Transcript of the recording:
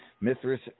Mithras